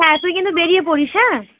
হ্যাঁ তুই কিন্তু বেরিয়ে পড়িস হ্যাঁ